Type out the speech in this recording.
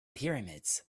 pyramids